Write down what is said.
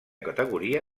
categoria